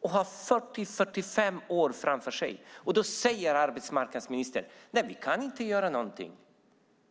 och har 40-45 år framför sig. Då säger arbetsmarknadsministern: Nej, vi kan inte göra någonting.